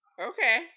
okay